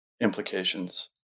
implications